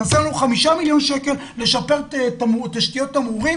חסרים לנו 5 מיליון שקל לשפר תשתיות תמרורים